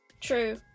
True